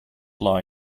lie